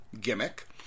gimmick